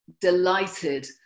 delighted